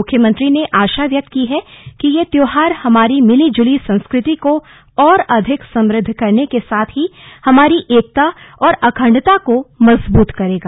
मुख्यमंत्री ने आशा व्यक्त की है कि यह त्यौहार हमारी मिली जुली संस्कृति को और अधिक समुद्ध करने के साथ ही हमारी एकता और अखंडता को मजबूत करेगा